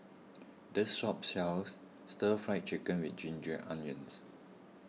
this shop sells Stir Fried Chicken with Ginger Onions